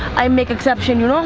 i make exception you know